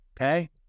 Okay